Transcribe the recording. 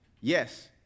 Yes